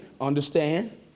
understand